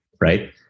right